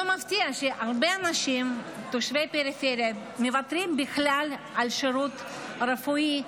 לא מפתיע שהרבה אנשים תושבי הפריפריה מוותרים בכלל על שירות רפואי,